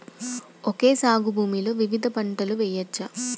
Okay సాగు భూమిలో వివిధ పంటలు వెయ్యచ్చా?